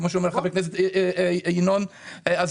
כמו שאמר חבר הכנסת ינון אזולאי,